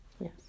Yes